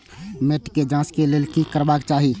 मैट के जांच के लेल कि करबाक चाही?